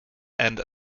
and